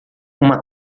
uma